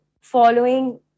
following